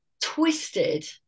twisted